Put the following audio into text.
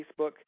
Facebook